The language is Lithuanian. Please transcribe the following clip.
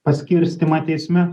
paskirstymą teisme